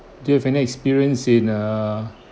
do you have any experience in err